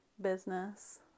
business